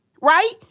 right